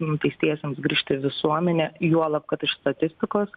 nuteistiesiems grįžt į visuomenę juolab kad iš statistikos